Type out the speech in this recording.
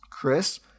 Chris